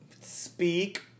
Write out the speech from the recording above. Speak